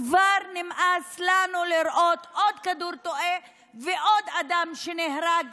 כבר נמאס לנו לראות עוד כדור תועה ועוד אדם שנהרג בשוגג.